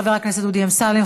חבר הכנסת דודי אמסלם,